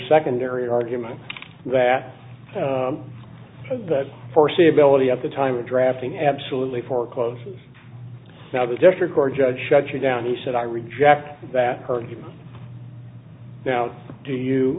secondary argument that the foreseeability at the time of drafting absolutely forecloses now the district court judge shut you down he said i reject that argument now do you